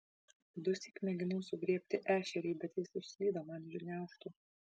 dusyk mėginau sugriebti ešerį bet jis išslydo man iš gniaužtų